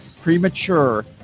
premature